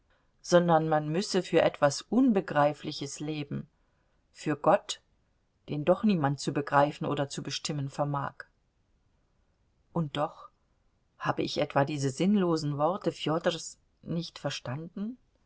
sondern man müsse für etwas unbegreifliches leben für gott den doch niemand zu begreifen oder zu bestimmen vermag und doch habe ich etwa diese sinnlosen worte fjodors nicht verstanden